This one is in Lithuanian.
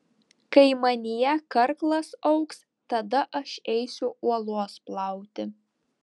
kai manyje karklas augs tada aš eisiu uolos plauti